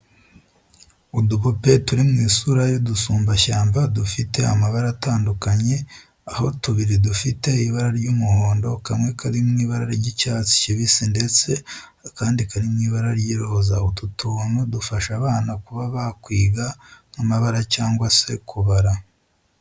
Udupupe turi mu isura y'udusumbashyamba dufite amabara atandukanye aho tubiri dufite ibara ry'umuhondo, kamwe kari mu ibara ry'icyatsi kibisi ndetse akandi kari mu ibara ry'iroza. Utu tuntu dufasha abana kuba bakwiga nk'amabara cyangwa se kubara.